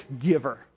giver